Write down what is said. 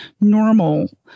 normal